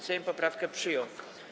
Sejm poprawkę przyjął.